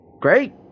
Great